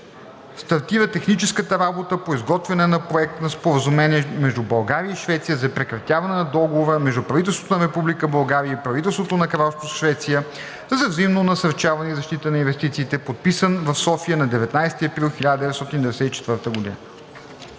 стартира техническата работа по изготвяне на проект на Споразумение между България и Швеция за прекратяване на Договора между правителството на Република България и правителството на Кралство Швеция за взаимно насърчаване и защита на инвестициите, подписан в София на 19 април 1994 г.